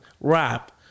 rap